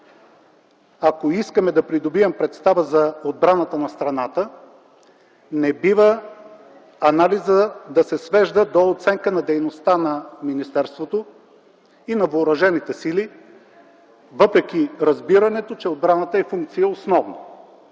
Ако искаме да придобием представа за отбраната на страната, не бива анализът да се свежда до оценка на дейността на министерството и на въоръжените сили, въпреки разбирането, че отбраната е функция основно